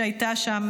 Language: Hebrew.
שהייתה שם,